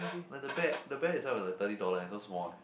like the bear the bear itself is like thirty dollar and so small eh